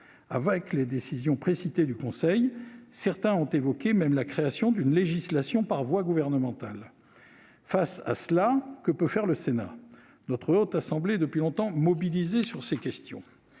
Avec les décisions précitées du Conseil, certains ont évoqué même la création d'une législation par voie gouvernementale. Face à cela, que peut faire le Sénat ? Notre Haute Assemblée est depuis longtemps mobilisée sur ces questions.